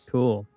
Cool